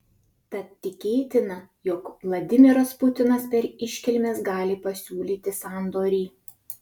tad tikėtina jog vladimiras putinas per iškilmes gali pasiūlyti sandorį